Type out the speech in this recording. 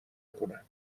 کنن